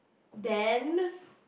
then